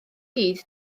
gyd